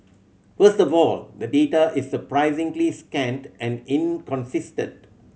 first of all the data is surprisingly scant and inconsistent